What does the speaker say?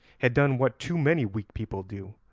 had done what too many weak people do,